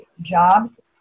jobs